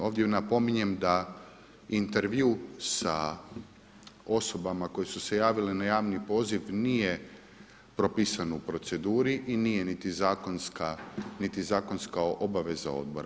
Ovdje napominjem da intervju sa osobama koje su se javile na javni poziv nije propisan u proceduri i nije niti zakonska obaveza odbora.